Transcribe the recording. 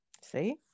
See